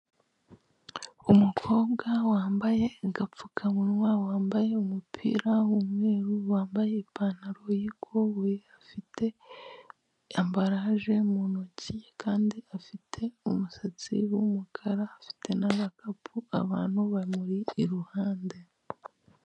Umukobwa wambaye agapfukamunwa wambaye umupira w'umweru wambaye ipantaro y'ikoboyi, afite ambaraje mu ntoki kandi afite umusatsi w'umukara afite n'agakapu abantu bamuri iruhande.